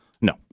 No